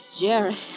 Jerry